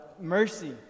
mercy